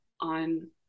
on